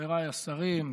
חבריי השרים.